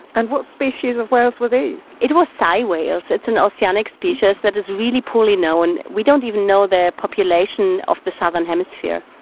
and what species of whales were these? it was sei whales, it's an oceanic species that is really poorly known. we don't even know their population of the southern hemisphere.